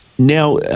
Now